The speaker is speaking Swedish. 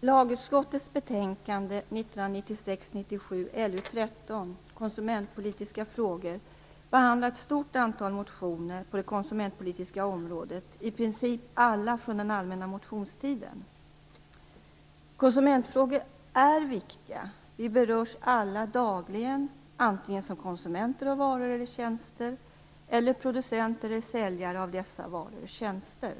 Lagutskottets betänkande 1996/97:LU13, Konsumentpolitiska frågor, behandlar ett stort antal motioner på det konsumentpolitiska området. I princip alla är från den allmänna motionstiden. Konsumentfrågor är viktiga. Vi berörs alla dagligen, antingen som konsumenter av varor och tjänster eller som producenter eller säljare av dessa varor och tjänster.